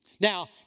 Now